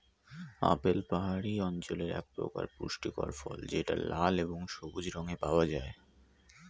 apple পাহাড়ি অঞ্চলের একপ্রকার পুষ্টিকর ফল যেটা লাল এবং সবুজ রঙে পাওয়া যায়